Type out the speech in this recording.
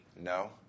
No